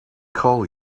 call